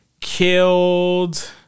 killed